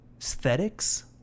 Aesthetics